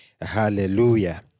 Hallelujah